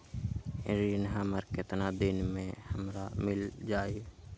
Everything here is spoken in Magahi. ऋण हमर केतना दिन मे हमरा मील जाई?